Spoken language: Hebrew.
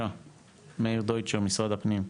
מאיר דויטשר, משרד הפנים.